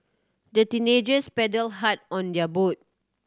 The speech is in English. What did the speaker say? the teenagers paddled hard on their boat